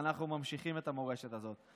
ואנחנו ממשיכים את המורשת הזאת.